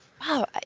Wow